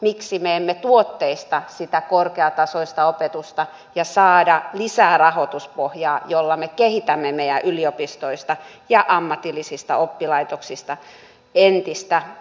miksi me emme tuotteista sitä korkeatasoista opetusta ja saa lisää rahoituspohjaa jolla me kehitämme meidän yliopistoistamme ja ammatillisista oppilaitoksistamme entistä vahvempia